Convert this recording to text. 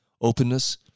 openness